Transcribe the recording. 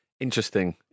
Interesting